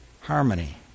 harmony